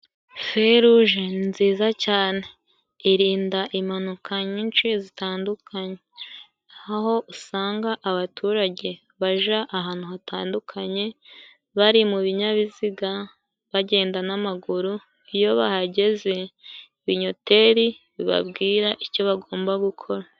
Feruje ni nziza cyane, irinda impanuka nyinshi zitandukanye aho usanga abaturage baja ahantu hatandukanye bari mu binyabiziga bagenda n'amaguru, iyo bahageze ibinyoteri bibabwira icyo bagomba gukora.